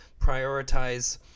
prioritize